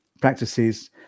practices